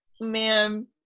Man